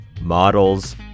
models